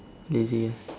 lazy ah